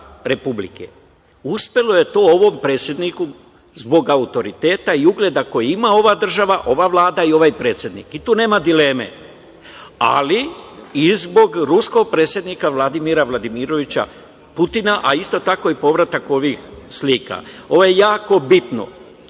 Republike. Uspelo je to ovom predsedniku zbog autoriteta i ugleda koji ima ova država, ova Vlada i ovaj predsednik i tu nema dileme, ali i zbog ruskog predsednika Vladimira Vladimiroviča Putina, a isto tako i povratak ovih slika. Ovo je jako bitno,